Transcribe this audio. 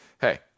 hey